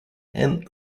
and